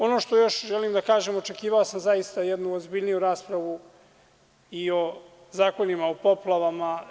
Ono što još želim da kažem, očekivao sam zaista jednu ozbiljniju raspravu i o zakonima o poplavama.